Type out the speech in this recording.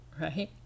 right